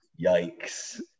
Yikes